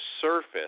surface